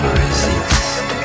resist